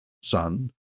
son